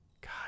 God